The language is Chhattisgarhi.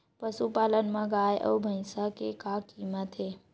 पशुपालन मा गाय अउ भंइसा के का कीमत हे?